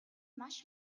маш